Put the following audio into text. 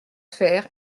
faire